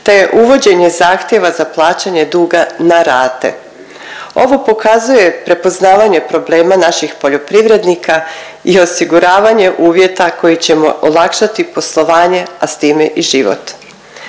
te uvođenje zahtjeva za plaćanje duga na rate. Ovo pokazuje prepoznavanje problema naših poljoprivrednika i osiguravanje uvjeta kojim ćemo olakšati poslovanje, a s time i život.